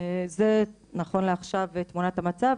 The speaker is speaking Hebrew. זה נכון לעכשיו תמונת המצב.